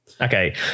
Okay